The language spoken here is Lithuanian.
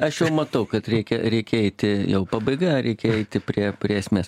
aš jau matau kad reikia reikia eiti jau pabaiga reikia eiti prie prie esmės